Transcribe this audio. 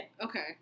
okay